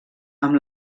amb